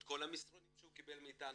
את כל המסרונים שהוא קיבל מאתנו,